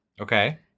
Okay